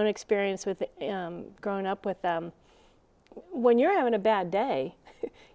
own experience with growing up with when you're having a bad day